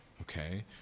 okay